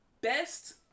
best